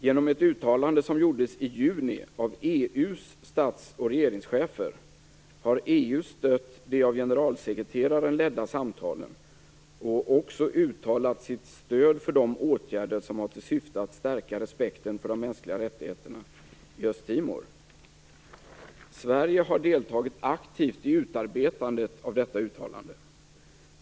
Genom ett uttalande, som gjordes i juni av EU:s stats och regeringschefer, har EU stött de av generalsekreteraren ledda samtalen och också uttalat sitt stöd för de åtgärder som har till syfte att stärka respekten för de mänskliga rättigheterna i Östtimor. Sverige har deltagit aktivt i utarbetandet av detta uttalande.